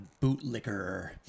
Bootlicker